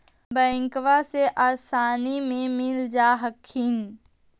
बैंकबा से आसानी मे मिल जा हखिन?